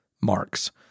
marks